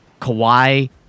Kawhi